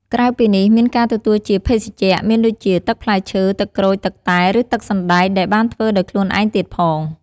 ក្រៅពីនេះ មានការទទួលជា ភេសជ្ជៈ មានដូចជា ទឹកផ្លែឈើ ទឹកក្រូច ទឹកតែ ឬទឹកសណ្ដែក ដែលបានធ្វើដោយខ្លូនឯងទៀតផង។